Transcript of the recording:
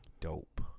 Dope